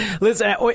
Listen